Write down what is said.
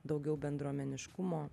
daugiau bendruomeniškumo